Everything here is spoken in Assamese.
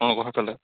অঁ